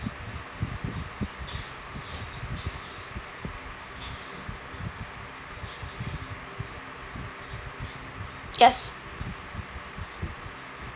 yes